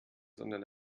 sondern